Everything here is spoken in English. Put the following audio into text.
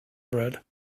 bread